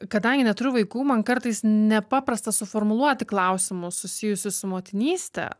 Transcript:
kadangi neturiu vaikų man kartais ne paprasta suformuluoti klausimus susijusius su motinyste